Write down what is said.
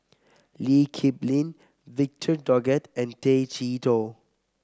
Lee Kip Lin Victor Doggett and Tay Chee Toh